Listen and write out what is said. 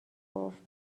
گفت